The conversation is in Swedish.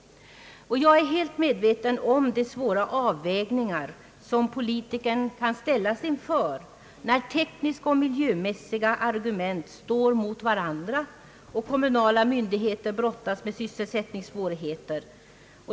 Jag är fullt medveten om de svåra avvägningar som politikern kan ställas inför när tekniska och miljömässiga argument står mot varandra och kommunala myndigheter brottas med sysselsättningssvårigheter.